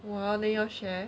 !wah! then you all share